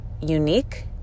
unique